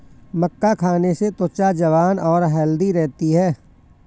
मक्का खाने से त्वचा जवान और हैल्दी रहती है